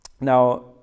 Now